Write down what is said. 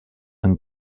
and